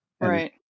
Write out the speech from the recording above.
Right